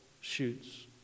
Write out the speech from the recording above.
shoots